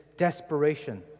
desperation